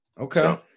Okay